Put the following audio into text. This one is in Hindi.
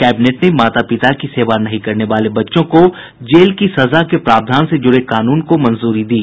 कैबिनेट ने माता पिता की सेवा नहीं करने वाले बच्चों को जेल की सजा के प्रावधान से जुड़े कानून को मंजूरी दी